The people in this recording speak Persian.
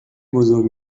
بزرگ